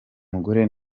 mugore